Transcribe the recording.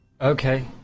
Okay